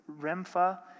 Rempha